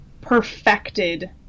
perfected